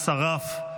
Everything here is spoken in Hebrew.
שרף,